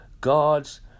God's